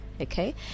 okay